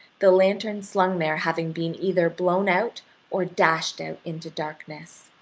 the lantern slung there having been either blown out or dashed out into darkness.